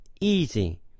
easy